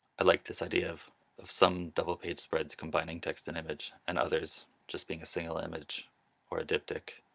i liked this idea of of some double-page spreads combining text and image and others just being a single image or a diptych.